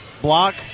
block